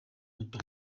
muto